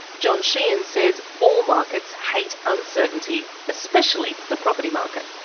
john sheehan says all markets hate uncertainty, especially the property market.